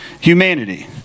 humanity